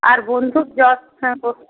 আর বন্ধুর হ্যাঁ